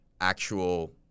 actual